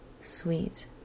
sweet